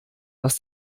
was